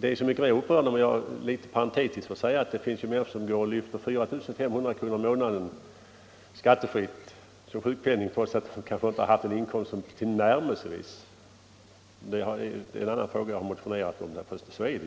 Det är så mycket mer upprörande som, om jag får säga det parentetiskt, det finns människor som lyfter 4 500 kr. i månaden skattefritt som sjukpenning trots att de kanske inte haft en inkomst som tillnärmelsevis motsvarar detta belopp. Det är en fråga som jag också har motionerat om. Det förekommer